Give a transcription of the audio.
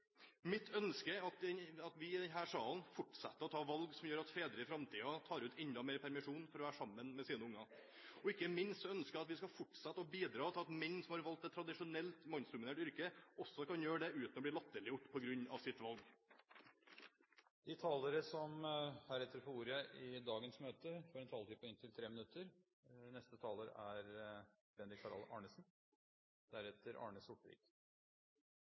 Mitt ønske er at vi i denne salen fortsetter å ta valg som gjør at fedre i framtiden tar ut enda mer permisjon for å være sammen med sine barn. Ikke minst ønsker jeg at vi skal fortsette å bidra til at menn som har valgt et tradisjonelt mannsdominert yrke, også kan gjøre det uten å bli latterliggjort på grunn av sitt valg. De talere som heretter får ordet, har en taletid på inntil 3 minutter. Denne trontaledebatten er